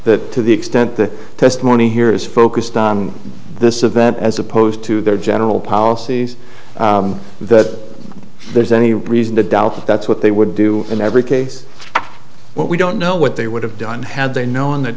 that to the extent the testimony here is focused on this event as opposed to their general policies that there's any reason to doubt that that's what they would do in every case what we don't know what they would have done had they known th